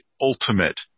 ultimate